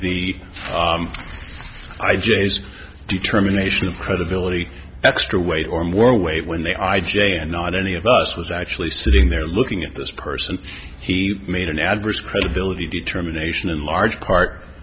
the i just determination of credibility extra weight or more weight when they are i j and not any of us was actually sitting there looking at this person he made an adverse credibility determination in large part